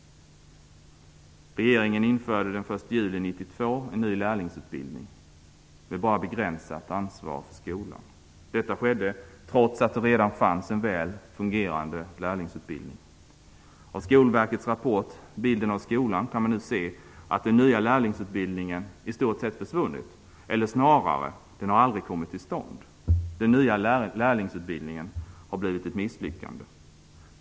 Regeringen införde den 1 juli 1992 en ny lärlingsutbildning med bara begränsat ansvar för skolan. Detta skedde trots att det redan fanns en väl fungerande lärlingsutbildning. Av Skolverkets rapport Bilden av skolan kan man nu se att den nya lärlingsutbildningen i stort sett försvunnit eller snarare aldrig kommit till stånd. Den nya lärlingsutbildningen har blivit ett misslyckande.